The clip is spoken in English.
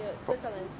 Switzerland